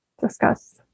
discuss